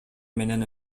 менен